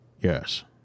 Yes